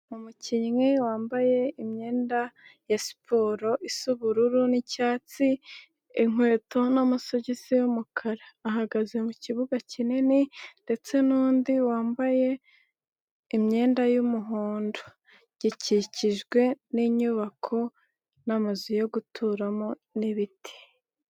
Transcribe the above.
Umukinnyi wambaye imyenda ya siporo isa ubururu n'icyatsi, inkweto n'amasogisi y'umukara. Ahagaze mu kibuga kinini ndetse n'undi wambaye imyenda y'umuhondo. Gikikijwe n'inyubako, n'amazu yo guturamo n'ibiti.